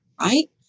right